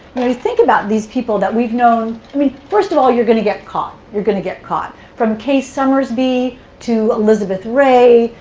we think about these people that we've known i mean, first of all, you're going to get caught. you're going to get caught. from kay summersby, to elizabeth ray,